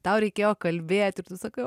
tau reikėjo kalbėti ir tu sakai